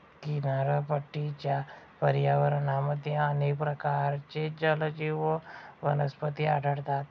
किनारपट्टीच्या पर्यावरणामध्ये अनेक प्रकारचे जलजीव व वनस्पती आढळतात